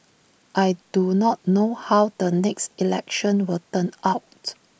I do not know how the next election will turn out